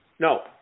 No